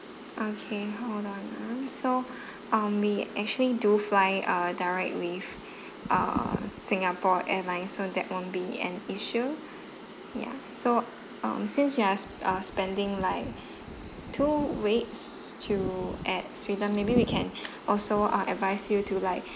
okay hold on ah so um we actually do fly uh direct with uh singapore airlines so that won't be an issue ya so um since you are uh spending like two weeks to at sweden maybe we can also uh advise you to like